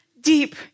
deep